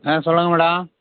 ஆ சொல்லுங்கள் மேடோம்